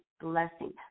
blessing